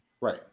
Right